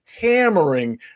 hammering